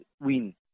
win